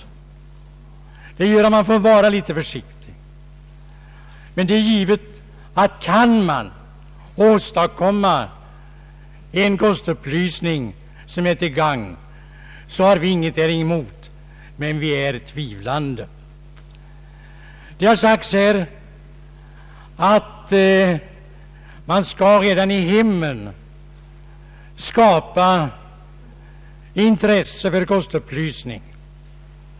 Det gör att vi får vara litet försiktiga. Kan man åstadkomma en kostupplysning som är till gagn, har vi givetvis ingenting däremot. Men vi tvivlar. Det har sagts här att man redan i hemmen skall skapa intresse för kostupplysning.